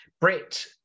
brit